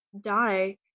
die